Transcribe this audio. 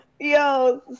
yo